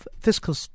fiscal